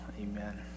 amen